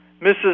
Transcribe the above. Mrs